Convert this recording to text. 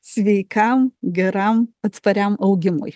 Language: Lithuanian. sveikam geram atspariam augimui